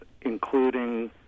including